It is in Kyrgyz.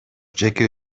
жеке